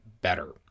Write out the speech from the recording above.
better